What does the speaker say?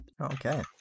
okay